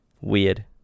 Weird